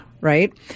right